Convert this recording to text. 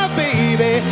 baby